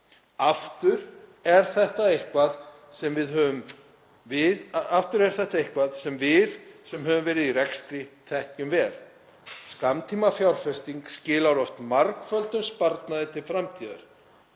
Aftur er þetta eitthvað sem við sem höfum verið í rekstri þekkjum vel. Skammtímafjárfesting skilar oft margföldum sparnaði til framtíðar.